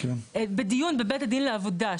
בדיון בבית הדין לעבודה,